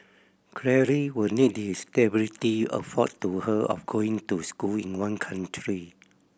will need the stability afforded to her of going to school in one country